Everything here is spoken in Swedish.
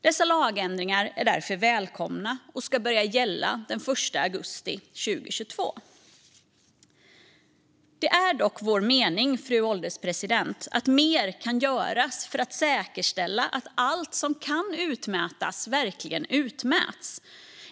Dessa lagändringar är därför välkomna, och de ska börja gälla den 1 augusti 2022. Det är dock vår mening, fru ålderspresident, att mer kan göras för att säkerställa att allt som kan utmätas verkligen utmäts.